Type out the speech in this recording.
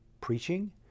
preaching